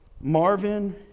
Marvin